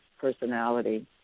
personality